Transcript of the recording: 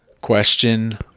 Question